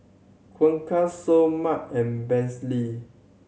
Seoul Mart and